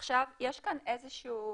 יש כאן איזה שהיא